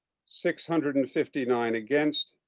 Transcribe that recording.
six hundred and fifty nine against.